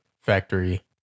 factory